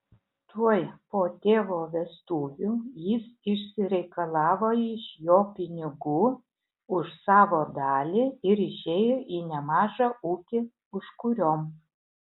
tuoj po tėvo vestuvių jis išsireikalavo iš jo pinigų už savo dalį ir išėjo į nemažą ūkį užkuriom